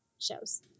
shows